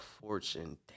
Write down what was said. fortune